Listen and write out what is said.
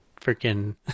freaking